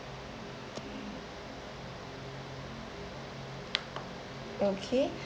okay